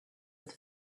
with